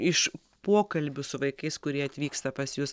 iš pokalbių su vaikais kurie atvyksta pas jus